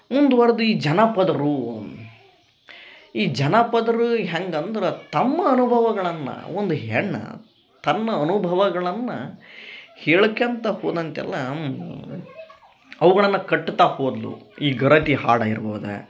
ಮುಂದುವರ್ದ ಈ ಜನಪದರು ಈ ಜನಪದರು ಹೆಂಗೆ ಅಂದ್ರ ತಮ್ಮ ಅನುಭವಗಳನ್ನ ಒಂದು ಹೆಣ್ಣು ತನ್ನ ಅನುಭವಗಳನ್ನ ಹೇಳ್ಕ್ಯಂತ ಹೋದಂತೆಲ್ಲಾ ಅವುಗಳನ್ನ ಕಟ್ಟುತ್ತಾ ಹೋದಳು ಈ ಗರತಿ ಹಾಡಾಗಿರ್ಬೋದ